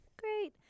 great